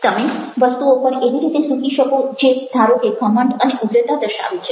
તમે વસ્તુઓ પર એવી રીતે ઝૂકી શકો જે ધારો કે ઘમંડ અને ઉગ્રતા દર્શાવે છે